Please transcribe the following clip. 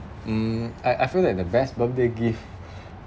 mm I I feel that the best birthday gift